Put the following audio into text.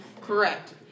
correct